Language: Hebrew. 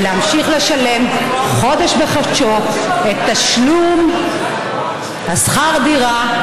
ולהמשיך לשלם חודש בחודשו את תשלום שכר הדירה,